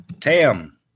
Tam